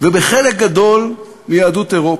ובחלק גדול מיהדות אירופה.